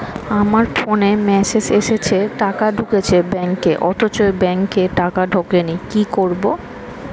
আমার ফোনে মেসেজ এসেছে টাকা ঢুকেছে ব্যাঙ্কে অথচ ব্যাংকে টাকা ঢোকেনি কি করবো?